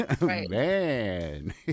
Man